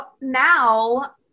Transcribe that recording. now